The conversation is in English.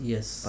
Yes